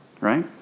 Right